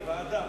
ועדה.